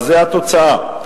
זו התוצאה.